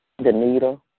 Danita